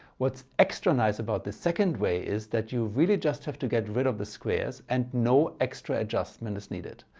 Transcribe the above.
what's extra nice about the second way is that you really just have to get rid of the squares and no extra adjustment is needed.